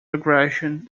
regression